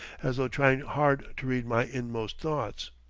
as though trying hard to read my inmost thoughts.